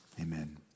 Amen